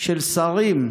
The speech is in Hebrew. של שרים.